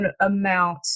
amount